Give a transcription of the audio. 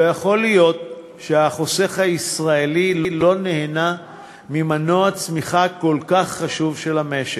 לא יכול להיות שהחוסך הישראלי לא נהנה ממנוע צמיחה כל כך חשוב של המשק.